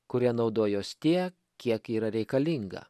kuria naudojuos tiek kiek yra reikalinga